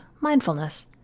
mindfulness